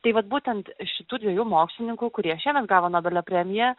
tai vat būtent šitų dviejų mokslininkų kurie šiemet gavo nobelio premiją